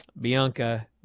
Bianca